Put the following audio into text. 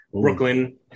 Brooklyn